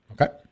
Okay